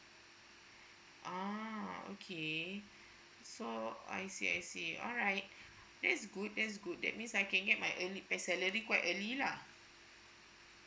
ah okay so I see I see alright that's good that's good that means I can get my early the salary quite early lah